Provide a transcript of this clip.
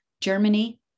Germany